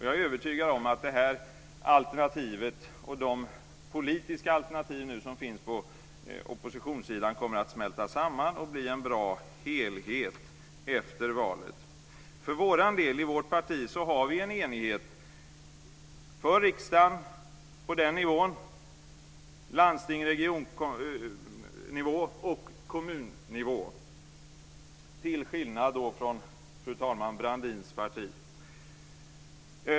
Jag är övertygad om att det alternativet och de politiska alternativ som finns på oppositionssidan kommer att smälta samman och bli en bra helhet efter valet. I vårt parti har vi en enighet på riksdagsnivå, landstingsnivå och kommunnivå till skillnad från Brandins parti.